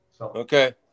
Okay